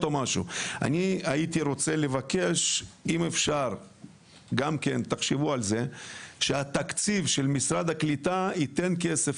אני רוצה לבקש שתחשבו על זה שתקציב משרד הקליטה ייתן כסף,